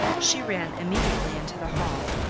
she ran immediately into the hall,